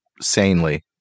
sanely